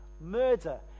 murder